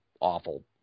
awful